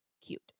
cute